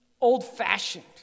old-fashioned